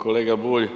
Kolega Bulj,